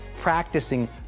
Practicing